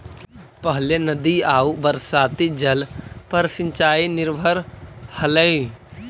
पहिले नदी आउ बरसाती जल पर सिंचाई निर्भर हलई